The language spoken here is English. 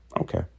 Okay